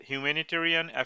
Humanitarian